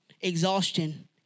exhaustion